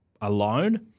alone